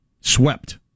Swept